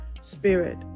spirit